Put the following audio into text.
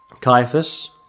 Caiaphas